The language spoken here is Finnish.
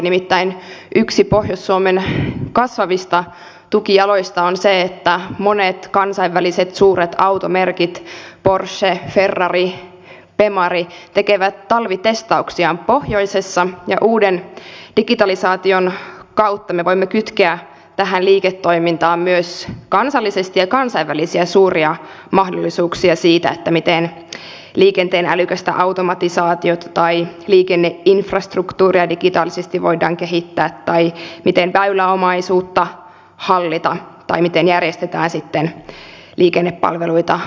nimittäin yksi pohjois suomen kasvavista tukijaloista on se että monet kansainväliset suuret automerkit porsche ferrari bemari tekevät talvitestauksiaan pohjoisessa ja uuden digitalisaation kautta me voimme kytkeä tähän liiketoimintaan myös kansallisesti ja kansainvälisesti suuria mahdollisuuksia siitä miten liikenteen älykästä automatisaatiota tai liikenneinfrastruktuuria digitaalisesti voidaan kehittää tai miten väyläomaisuutta hallita tai miten järjestetään sitten liikennepalveluita kustannustehokkaasti